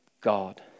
God